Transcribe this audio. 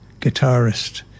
guitarist